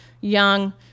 young